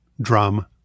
drum